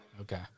Okay